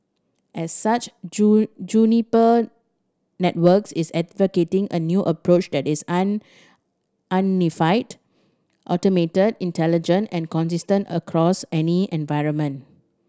as such Juniper Networks is advocating a new approach that is an unified automated intelligent and consistent across any environment